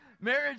marriage